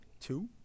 Two